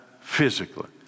physically